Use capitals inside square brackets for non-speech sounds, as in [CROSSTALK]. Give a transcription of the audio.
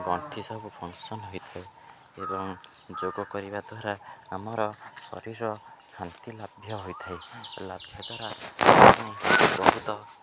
ଗଣ୍ଠି ସବୁ ଫଙ୍କସନ୍ ହୋଇଥାଏ ଏବଂ ଯୋଗ କରିବା ଦ୍ୱାରା ଆମର ଶରୀର ଶାନ୍ତି ଲାଭ୍ୟ ହୋଇଥାଏ ଲାଭ୍ୟ ଦ୍ୱାରା [UNINTELLIGIBLE] ବହୁତ